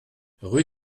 rue